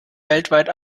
weltweit